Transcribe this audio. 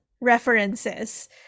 references